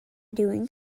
doing